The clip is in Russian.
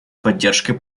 поддержкой